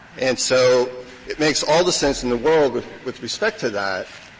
and so it makes all the sense in the world, with respect to that,